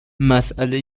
مسئله